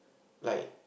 like